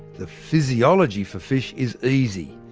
the physiology for fish is easy.